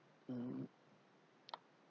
um